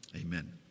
Amen